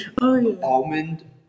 almond